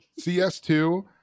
cs2